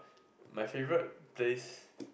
my favourite place